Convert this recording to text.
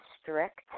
strict